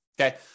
Okay